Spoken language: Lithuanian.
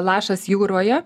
lašas jūroje